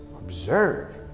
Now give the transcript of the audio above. Observe